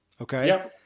Okay